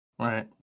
Right